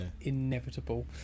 inevitable